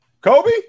Kobe